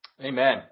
Amen